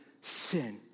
sin